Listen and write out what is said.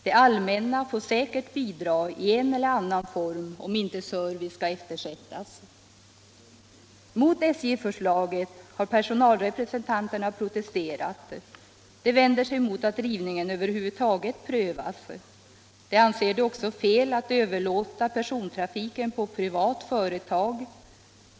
Det allmänna får säkert bidra i en eller annan form, om inte servicen skall eftersättas. Mot SJ-förslaget har personalrepresentanterna protesterat. De vänder sig mot att rivningen över huvud taget prövas. De anser det också fel att överlåta persontrafiken på privat företag.